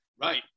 right